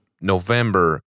November